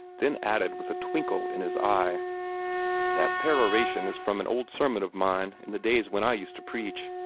then added with a twinkle in his eye that peroration is from an old sermon of mine, in the days when i used to preach.